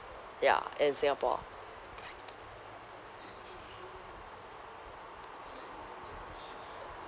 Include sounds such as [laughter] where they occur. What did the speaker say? ya in singapore [noise]